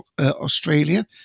Australia